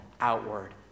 outward